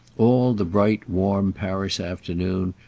all the bright warm paris afternoon,